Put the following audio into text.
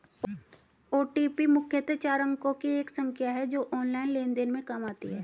OTP मुख्यतः चार अंकों की एक संख्या है जो ऑनलाइन लेन देन में काम आती है